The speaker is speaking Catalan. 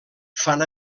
fan